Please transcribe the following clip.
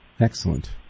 Excellent